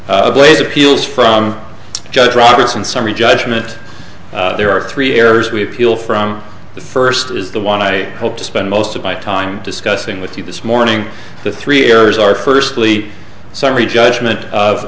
ablaze appeals from judge roberts and summary judgment there are three areas we appeal from the first is the one i hope to spend most of my time discussing with you this morning the three errors are firstly summary judgment of